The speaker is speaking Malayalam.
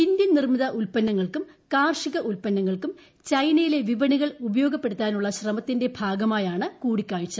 ഇന്ത്യൻ നിർമ്മിത ഉല്പന്നങ്ങൾക്കും കാർഷിക ഉല്പന്നങ്ങൾക്കും ചൈനയിലെ വിപണികൾ ഉപയോഗപ്പെടുത്താനുള്ള ശ്രമത്തിന്റെ ഭാഗമായാണ് കൂടിക്കാഴ്ച